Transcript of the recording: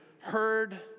heard